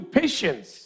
patience